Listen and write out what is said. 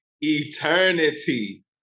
eternity